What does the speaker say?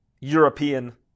European